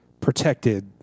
protected